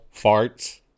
farts